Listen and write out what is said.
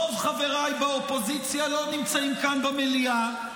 רוב חבריי באופוזיציה לא נמצאים כאן במליאה,